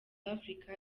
africa